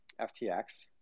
FTX